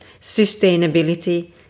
sustainability